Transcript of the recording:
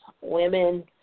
women